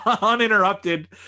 uninterrupted